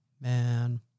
Man